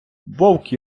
вовк